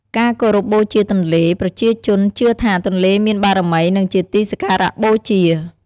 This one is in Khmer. ការគោរពបូជាទន្លេ ប្រជាជនជឿថាទន្លេមានបារមី និងជាទីសក្ការៈបូជា។